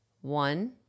one